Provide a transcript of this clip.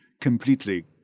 completely